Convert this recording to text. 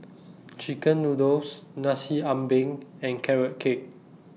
Chicken Noodles Nasi Ambeng and Carrot Cake